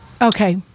Okay